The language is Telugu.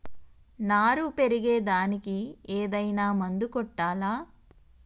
నారు పెరిగే దానికి ఏదైనా మందు కొట్టాలా?